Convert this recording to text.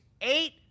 eight